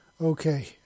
Okay